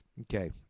Okay